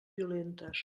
violentes